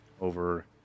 over